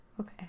Okay